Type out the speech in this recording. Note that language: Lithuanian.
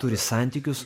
turi santykius